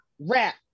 rap